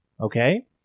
Okay